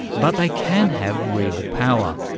but they can have real power.